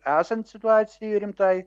esant situacijai rimtai